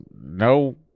no